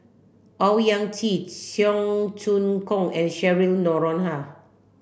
Owyang Chi Cheong Choong Kong and Cheryl Noronha